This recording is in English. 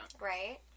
Right